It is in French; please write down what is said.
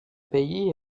pays